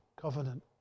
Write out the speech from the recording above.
covenant